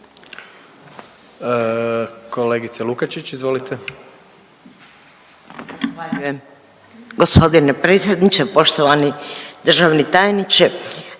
Kolegice Lukačić, izvolite.